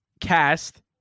cast